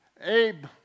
Abe